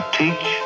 teach